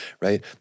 right